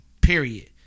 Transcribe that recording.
Period